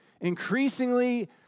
Increasingly